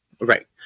Right